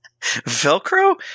Velcro